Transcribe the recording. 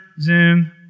Zoom